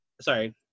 sorry